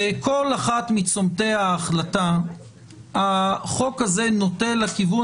בכל אחד מצמתי ההחלטה החוק הזה נוטה לכיוון,